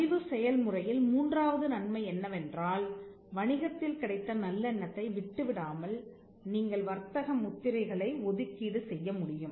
பதிவு செயல் முறையில் மூன்றாவது நன்மை என்னவென்றால் வணிகத்தில் கிடைத்த நல்லெண்ணத்தை விட்டுவிடாமல் நீங்கள் வர்த்தக முத்திரைகளை ஒதுக்கீடு செய்ய முடியும்